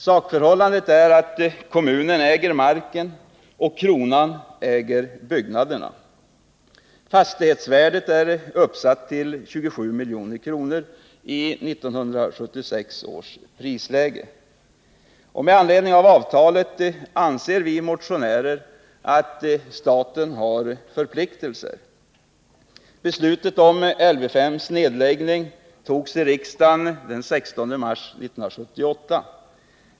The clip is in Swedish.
Sakförhållandet är det att kommunen äger marken och att kronan äger byggnaderna. Fastighetsvärdet är satt till 27 milj.kr. i 1976 års prisläge. På grundval av avtalet anser vi motionärer att staten har förpliktelser. Beslutet om nedläggning av Lv 5 fattades i riksdagen den 16 mars 1978.